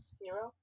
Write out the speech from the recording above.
hero